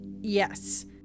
Yes